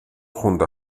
junto